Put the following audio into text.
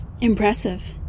Impressive